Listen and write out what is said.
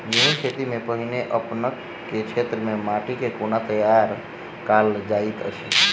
गेंहूँ केँ खेती सँ पहिने अपनेक केँ क्षेत्र मे माटि केँ कोना तैयार काल जाइत अछि?